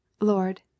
Lord